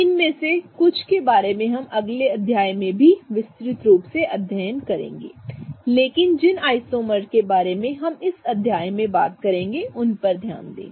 इनमें से कुछ के बारे में हम अगले अध्याय में भी विस्तृत रूप से अध्ययन करेंगे लेकिन जिन आइसोमर्स के बारे में हम इस अध्याय में बात करेंगे उन पर ध्यान दें